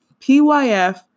PYF